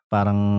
Parang